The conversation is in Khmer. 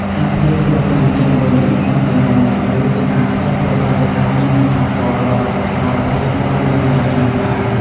ស្ថានភាពគ្រោះធម្មជាតិមួយនេះតែងតែនាំមកនូវការប្រែប្រួលបរិស្ថាន និងប៉ះពាល់ដល់សុខុមាលភាពរស់នៅយ៉ាងខ្លាំងក្លា។